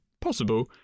Possible